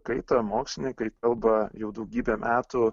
kaitą mokslininkai kalba jau daugybę metų